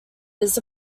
his